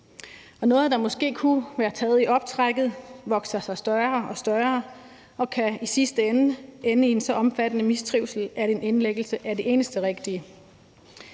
Noget, der måske kunne være taget i opløbet, vokser sig større og større og kan i sidste ende ende i en så omfattende mistrivsel, at en indlæggelse er det eneste rigtige.